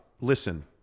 listen –